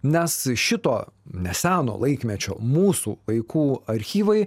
nes šito neseno laikmečio mūsų vaikų archyvai